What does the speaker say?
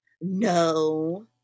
No